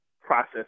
process